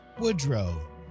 Woodrow